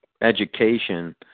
education